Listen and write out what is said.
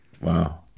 wow